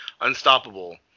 Unstoppable